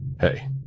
Hey